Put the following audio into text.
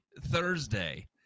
thursday